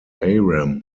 aram